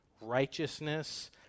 righteousness